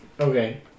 Okay